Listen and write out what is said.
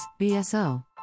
BSO